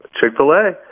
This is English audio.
Chick-fil-A